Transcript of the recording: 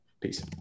Peace